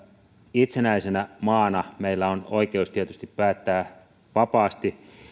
itsenäisenä maana meillä on oikeus tietysti päättää vapaasti